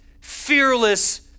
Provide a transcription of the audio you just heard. fearless